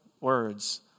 words